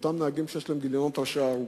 אותם נהגים שיש להם גיליונות הרשעות ארוכים.